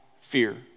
fear